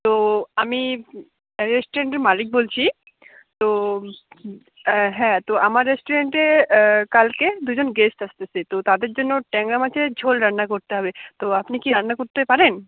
তো আমি রেস্টুরেন্টের মালিক বলছি তো হ্যাঁ তো আমার রেস্টুরেন্টে কালকে দুইজন গেস্ট আসতেছে তো তাদের জন্য ট্যাংরা মাছের ঝোল রান্না করতে হবে তো আপনি কি রান্না করতে পারেন